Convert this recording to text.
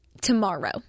tomorrow